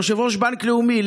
יושב-ראש בנק לאומי,